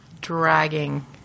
dragging